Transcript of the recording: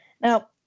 Now